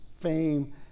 fame